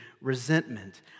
resentment